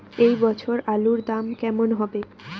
এ বছর আলুর দাম কেমন হবে?